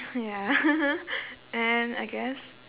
ya and I guess